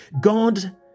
God